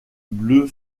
bleu